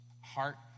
heart